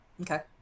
okay